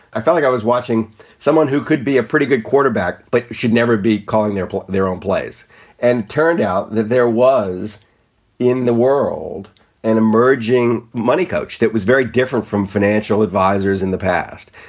i feel like i was watching someone who could be a pretty good quarterback but should never be calling their their own plays and turned out that there was in the world an emerging money coach that was very different from financial advisers in the past.